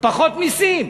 פחות מסים,